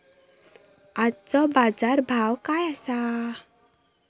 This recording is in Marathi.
आजचो बाजार भाव काय आसा?